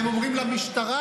משטרה,